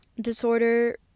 disorder